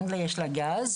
אנגליה יש לה גז,